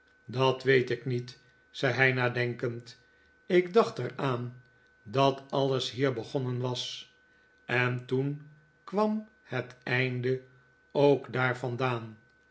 dat weet ik niet zei hij nadenkend ik dacht er aan dat alles hier begonnen was en toen kwam het einde ook daar vandaan